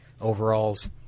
overalls